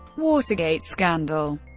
watergate scandal